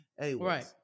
Right